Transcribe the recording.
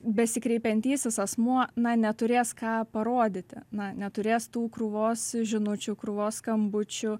besikreipiantysis asmuo na neturės ką parodyti na neturės tų krūvos žinučių krūvos skambučių